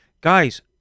Guys